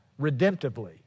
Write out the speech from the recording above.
redemptively